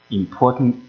important